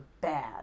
bad